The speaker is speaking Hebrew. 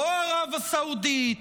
לא ערב הסעודית,